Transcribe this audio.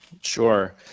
Sure